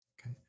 Okay